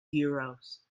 euros